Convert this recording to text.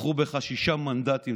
בחרו בך שישה מנדטים,